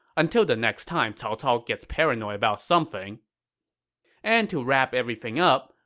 until the next time cao cao gets paranoid about something and to wrap everything up,